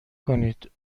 کنید